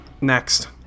Next